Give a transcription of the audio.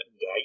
day